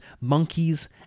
monkeys